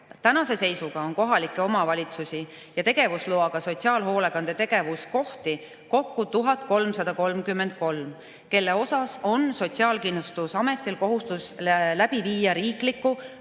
Tänase seisuga on kohalikel omavalitsustel tegevusloaga sotsiaalhoolekande tegevuskohti kokku 1333 ja nende üle on Sotsiaalkindlustusametil kohustus läbi viia riiklikku